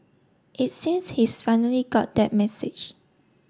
it seems he's finally got that message